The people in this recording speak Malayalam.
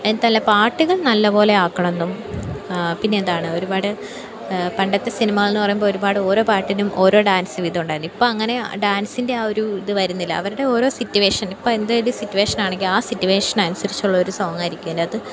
അതിൽത്തെ നല്ല പാട്ടുകൾ നല്ല പോലെ ആക്കണം എന്നും പിന്നെ എന്താണ് ഒരുപാട് പണ്ടത്തെ സിനിമ എന്ന് പറയുമ്പോൾ ഒരുപാട് ഓരോ പാട്ടിനും ഓരോ ഡാൻസ് വീതം ഉണ്ടായിരുന്നു ഇപ്പം അങ്ങനെ ഡാൻസിൻ്റെ ആ ഒരു ഇത് വരുന്നില്ല അവരുടെ ഓരോ സിറ്റുവേഷനും ഇപ്പം എന്ത് ഒരു സിറ്റുവേഷൻ ആണെങ്കിൽ ആ സിറ്റുവേഷന് അനുസരിച്ചുള്ള ഒരു സോങായിരിക്കും അതിനകത്ത്